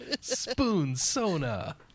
Spoon-sona